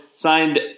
signed